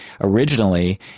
Originally